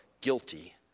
guilty